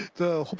the